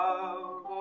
Love